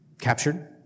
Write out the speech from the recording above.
captured